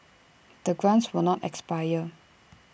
the grants will not expire